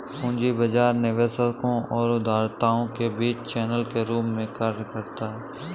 पूंजी बाजार निवेशकों और उधारकर्ताओं के बीच चैनल के रूप में कार्य करता है